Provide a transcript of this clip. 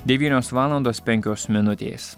devynios valandos penkios minutės